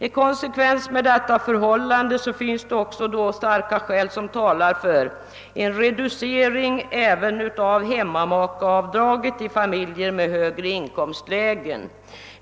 I konsekvens härmed talar också starka skäl för en reducering även av hemmamakeavdraget i familjer i högre inkomstställning.